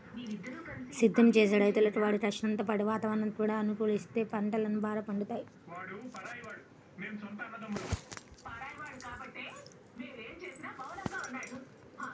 సేద్దెం చేసే రైతులకు వారి కష్టంతో పాటు వాతావరణం కూడా అనుకూలిత్తేనే పంటలు బాగా పండుతయ్